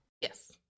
Yes